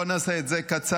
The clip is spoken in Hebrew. בואו נעשה את זה קצר,